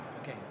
Okay